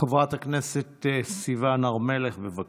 חברת הכנסת סיון הר מלך, בבקשה.